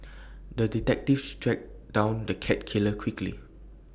the detective tracked down the cat killer quickly